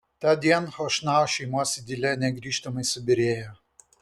tą dieną chošnau šeimos idilė negrįžtamai subyrėjo